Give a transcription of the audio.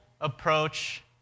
approach